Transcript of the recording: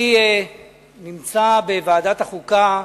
אני נמצא בוועדת החוקה,